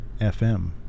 FM